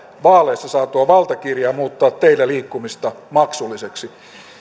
vaaleissa saatua valtakirjaa muuttaa teillä liikkumista maksulliseksi